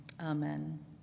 Amen